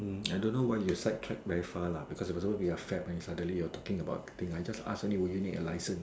mm I don't know why you side track very far lah because it was supposed to be a fair point suddenly you're talking about the thing I just ask only will you need a license